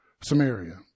Samaria